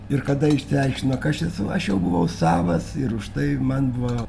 ir kada išsiaiškino kas aš esu aš jau buvau savas ir už tai man buvo